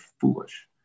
foolish